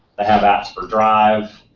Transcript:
they have apps for drive.